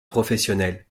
professionnel